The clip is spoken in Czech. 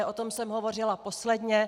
O tom jsem hovořila posledně.